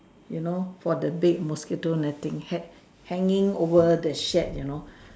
you know for the big mosquito netting hang hanging over the shed you know